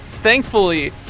Thankfully